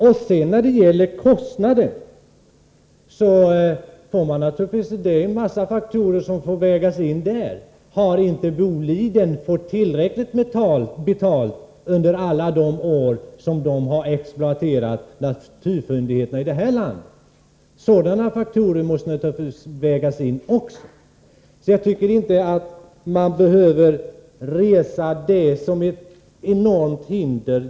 När det sedan gäller kostnaderna får man naturligtvis väga in en mängd faktorer. Har inte Boliden fått tillräckligt betalt under alla de år som bolaget har exploaterat naturfyndigheterna i vårt land? Också sådana faktorer måste naturligtvis vägas in. Jag tycker inte att kostnaden behöver resas upp som något enormt hinder.